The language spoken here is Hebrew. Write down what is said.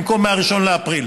במקום מ-1 באפריל.